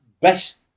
best